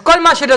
פה הבעיה שלי.